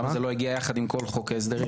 למה זה לא הגיע יחד עם כל חוק ההסדרים?